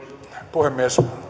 puhemies